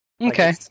Okay